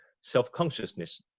self-consciousness